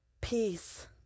peace